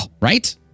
Right